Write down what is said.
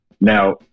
Now